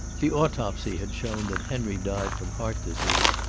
the autopsy had shown that henry died from heart disease,